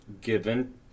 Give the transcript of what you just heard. Given